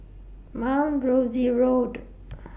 Mount Rosie Road